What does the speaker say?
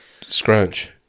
scrunch